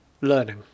learning